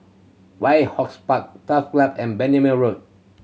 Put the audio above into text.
White House Park Turf Club and Bendemeer Road